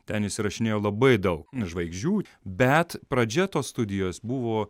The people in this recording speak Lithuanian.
ten įsirašinėjo labai daug žvaigždžių bet pradžia tos studijos buvo